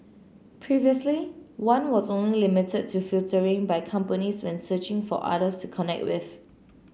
previously one was only limited to filtering by companies when searching for others to connect with